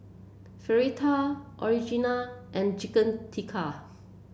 Fritada Onigiri and Chicken Tikka